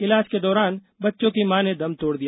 इलाज के दौरान बच्चों की मां ने दम तोड़ दिया